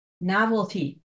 novelty